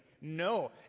no